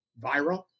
viral